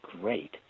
great